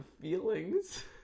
feelings